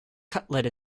cutlet